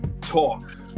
Talk